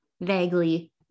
vaguely